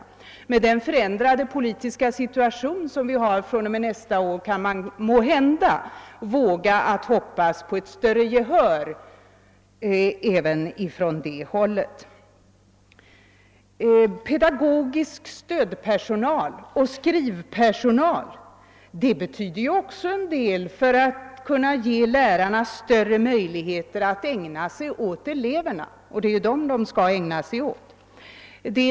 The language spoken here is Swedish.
Med den förändrade politiska situationen från och med nästa år kan man på det hållet måhända våga hoppas på större gehör. Pedagogisk stödpersonal och skrivpersonal betyder också en del för att ge lärarna större möjligheter att ägna sig åt eleverna, och det är ju dem de skall ägna sig åt.